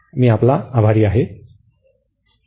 मी आपला आभारी आहे